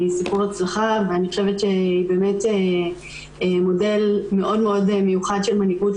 היא סיפור הצלחה ואני חושבת שהיא מודל מאוד מאוד של מנהיגות.